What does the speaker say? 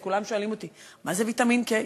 אז כולם שואלים אותי: מה זה ויטמין K?